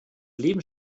leben